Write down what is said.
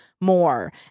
more